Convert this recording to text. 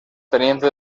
teniente